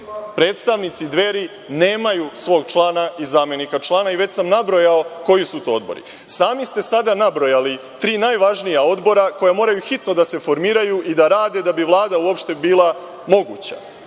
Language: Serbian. predstavnici Dveri nemaju svog člana i zamenika člana i već sam nabrojao koji su to odbori. Sami ste sada nabrojali tri najvažnija odbora koja moraju hitno da se formiraju i da rade da bi Vlada uopšte bila moguća.